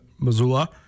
Missoula